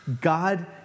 God